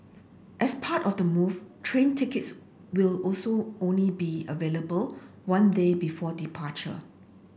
as part of the move train tickets will also only be available one day before departure